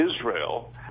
Israel